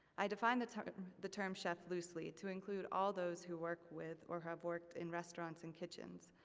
i define the term the term chef loosely to include all those who work with, or have worked in restaurants and kitchens.